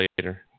later